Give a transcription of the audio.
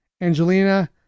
Angelina